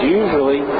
usually